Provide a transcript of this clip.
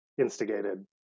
instigated